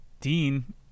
dean